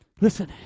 Listen